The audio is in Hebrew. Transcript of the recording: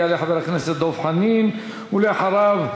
יעלה חבר הכנסת דב חנין, ואחריו,